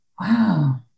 wow